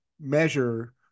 measure